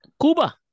Cuba